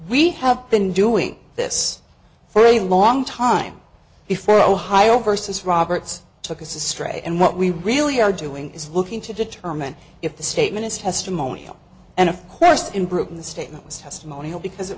we have been doing this for a long time before ohio versus roberts took a strike and what we really are doing is looking to determine if the statement is testimonial and of course in britain the statement was testimonial because it